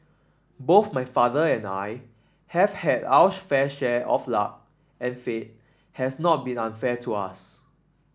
both my father and I have had our fair share of luck and fate has not been unfair to us